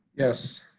yes.